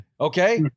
Okay